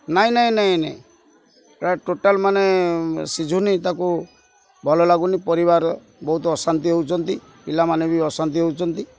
ନାହିଁ ନାହିଁ ନାହିଁ ନାହିଁ ପ୍ରାୟ ଟୋଟାଲ ମାନେ ସିଝୁନି ତାକୁ ଭଲ ଲାଗୁନି ପରିବାର ବହୁତ ଅଶାନ୍ତି ହଉଛନ୍ତି ପିଲାମାନେ ବି ଅଶାନ୍ତି ହଉଛନ୍ତି